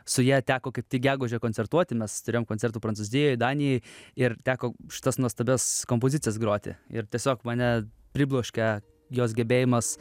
su ja teko kaip tik gegužę koncertuoti mes turėjom koncertų prancūzijoj danijoj ir teko šitas nuostabias kompozicijas groti ir tiesiog mane pribloškė jos gebėjimas